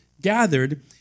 gathered